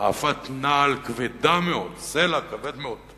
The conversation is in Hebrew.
העפת נעל כבדה מאוד, סלע כבד מאוד,